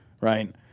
Right